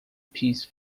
peace